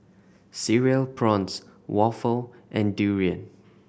Cereal Prawns waffle and durian